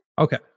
Okay